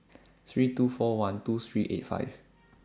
three two four one two three eight five